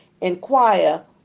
inquire